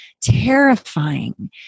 terrifying